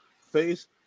face